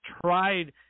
tried